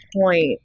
point